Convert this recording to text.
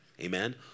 Amen